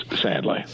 sadly